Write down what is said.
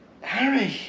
Harry